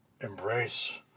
embrace